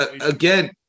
again